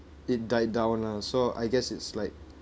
it died down lah so I guess it's like